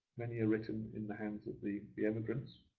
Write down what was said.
many are written in the hands of the the emigrants,